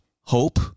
hope